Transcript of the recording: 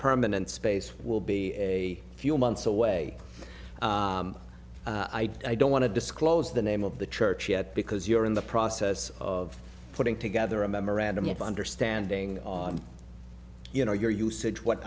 permanent space will be a few months away i don't want to disclose the name of the church yet because you're in the process of putting together a memorandum of understanding you know your usage what